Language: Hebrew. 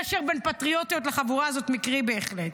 הקשר בין פטריוטיות לחבורה הזאת מקרי בהחלט.